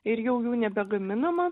ir jų nebegaminama